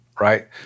right